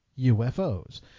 UFOs